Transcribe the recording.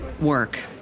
work